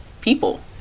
people